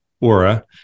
Aura